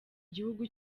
gihugu